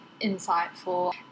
insightful